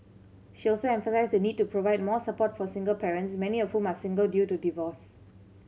she also emphasised the need to provide more support for single parents many of whom are single due to divorce